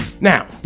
Now